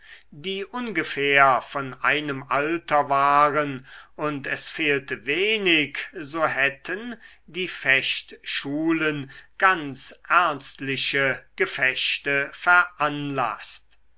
die ungefähr von einem alter waren und es fehlte wenig so hätten die fechtschulen ganz ernstliche gefechte veranlaßt